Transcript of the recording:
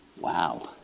Wow